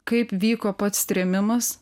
kaip vyko pats trėmimas